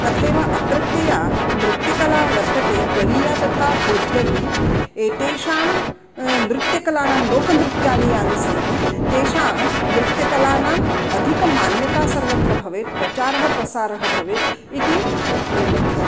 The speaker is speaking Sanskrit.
तथैव अत्रत्या या नृत्यकला वर्तते गरीया तथा होज्गवि एतेषां नृत्यकलानां लोकनृत्यानि यानि सन्ति तेषां नृत्यकलानाम् अधिकमान्यता सर्वत्र भवेत् प्रचारः प्रसारः भवेत् इति मे मतिः